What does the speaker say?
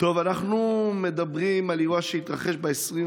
אנחנו מדברים על אירוע שהתרחש ב-25